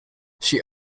she